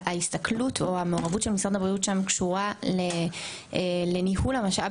ההסתכלות או המעורבות של משרד הבריאות שם קשורה לניהול המשאב